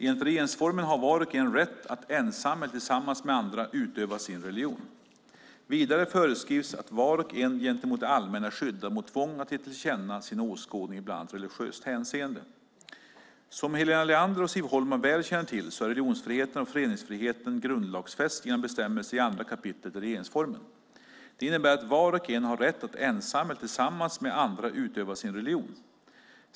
Enligt regeringsformen har var och en rätt att ensam eller tillsammans med andra utöva sin religion. Vidare föreskrivs att var och en gentemot det allmänna är skyddad mot tvång att ge tillkänna sin åskådning i bland annat religiöst hänseende. Som Helena Leander och Siv Holma väl känner till är religionsfriheten och föreningsfriheten grundlagsfäst genom bestämmelserna i 2 kap. regeringsformen. Det innebär att var och en har rätt att ensam eller tillsammans med andra utöva sin religion.